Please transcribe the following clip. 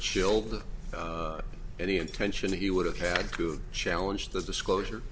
chilled the any intention that you would have had to challenge the disclosure